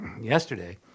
yesterday